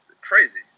crazy